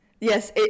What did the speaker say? Yes